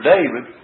David